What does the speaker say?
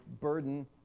burden